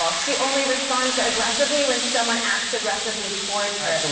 ah she only responds aggressively when someone acts aggressively towards her. so